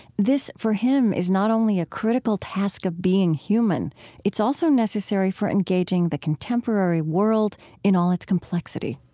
this, for him, is not only a critical task of being human it's also necessary for engaging the contemporary world in all its complexity